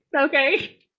okay